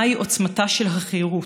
מהי עוצמתה של החירות,